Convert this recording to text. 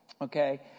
Okay